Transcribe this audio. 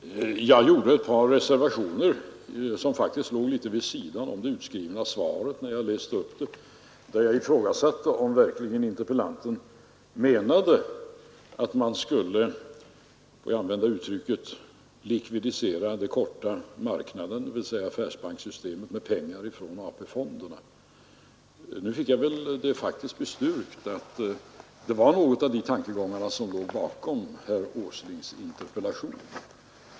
Herr talman! Jag gjorde i mitt första anförande ett par reservationer, som faktiskt låg vid sidan om det ursprungligen förberedda svaret. Jag ifrågasatte nämligen om interpellanten verkligen menade att man skulle — låt mig använda det uttrycket — likvidisera den korta marknaden, dvs. affärsbankssystemet, med pengar från AP-fonderna. Nu fick jag faktiskt bestyrkt att det i viss mån var en sådan tankegång som låg bakom herr Åslings interpellation.